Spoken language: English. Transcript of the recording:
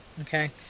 okay